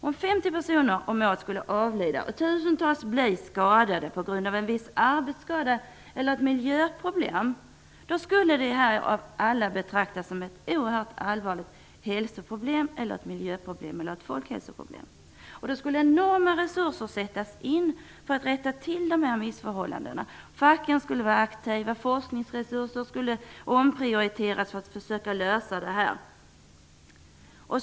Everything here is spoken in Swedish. Om 50 personer om året skulle avlida och tusentals bli skadade på grund av en viss arbetsskada eller ett miljöproblem, skulle det av alla betraktas som ett oerhört allvarligt folkhälsoproblem eller ett miljöproblem. Då skulle enorma resurser sättas in för att rätta till dessa missförhållanden. Facken skulle vara aktiva, och forskningsresurser skulle omprioriteras för att försöka lösa problemet.